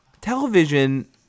television